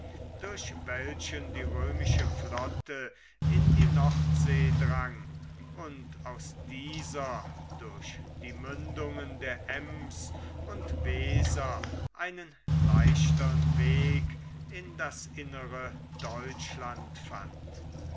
durch welchen die römische flotte in die nordsee drang und aus dieser durch die mündungen der ems und weser einen leichtern weg in das innere deutschland fand